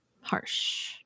harsh